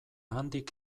handik